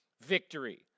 victory